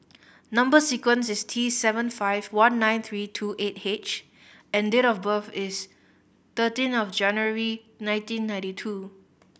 number sequence is T seven five one nine three two eight H and date of birth is thirteen of January nineteen ninety two